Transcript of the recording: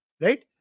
right